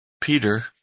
Peter